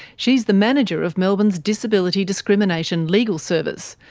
she is the manager of melbourne's disability discrimination legal service,